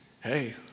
Hey